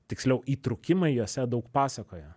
tiksliau įtrūkimai jose daug pasakoja